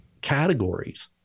categories